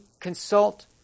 consult